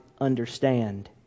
understand